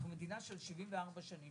אנחנו מדינה בת 74 שנים